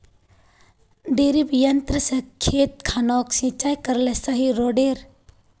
डिरिपयंऋ से खेत खानोक सिंचाई करले सही रोडेर?